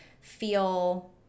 feel